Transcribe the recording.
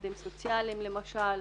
עובדים סוציאליים למשל,